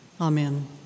Amen